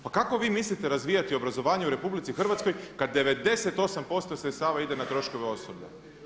Pa kako vi mislite razvijati obrazovanje u RH kada 98% sredstava ide na troškove osoblja?